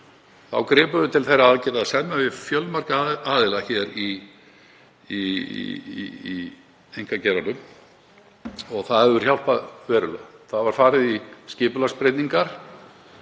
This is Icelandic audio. Þá gripum við til þeirra aðgerða að semja við fjölmarga aðila í einkageiranum og það hefur hjálpað verulega. Farið var í skipulagsbreytingar